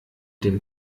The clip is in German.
dem